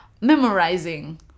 memorizing